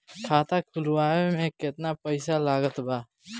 खाता खुलावे म केतना पईसा लागत बा?